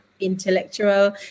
Intellectual